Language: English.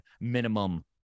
minimum